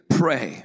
pray